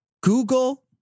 google